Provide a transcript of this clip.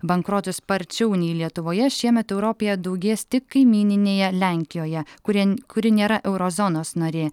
bankrotų sparčiau nei lietuvoje šiemet europoje daugės tik kaimyninėje lenkijoje kurie kuri nėra euro zonos narė